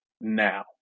now